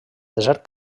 desert